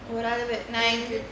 நான் இங்கு:naan ingu